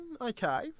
okay